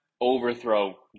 overthrow